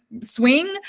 swing